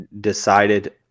decided